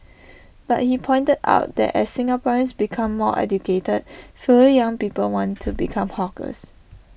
but he pointed out that as Singaporeans become more educated fewer young people want to become hawkers